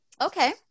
Okay